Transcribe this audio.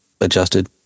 adjusted